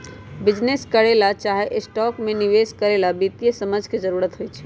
business करे ला चाहे स्टॉक में निवेश करे ला वित्तीय समझ के जरूरत होई छई